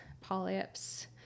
polyps